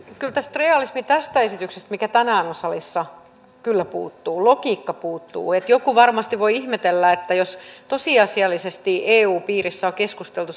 kyllä realismi puuttuu tästä esityksestä mikä tänään on salissa logiikka puuttuu joku varmasti voi ihmetellä että jos tosiasiallisesti eun piirissä on keskusteltu